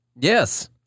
Yes